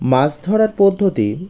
মাছ ধরার পদ্ধতি